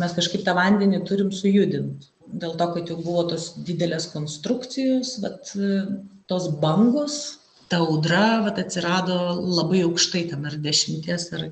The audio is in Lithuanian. mes kažkaip tą vandenį turim sujudint dėl to kad jau buvo tos didelės konstrukcijos bet tos bangos ta audra vat atsirado labai aukštai ten ar dešimties ar